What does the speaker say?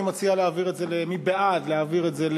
מי בעד להעביר את זה,